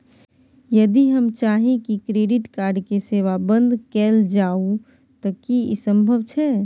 यदि हम चाही की क्रेडिट कार्ड के सेवा बंद कैल जाऊ त की इ संभव छै?